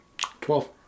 Twelve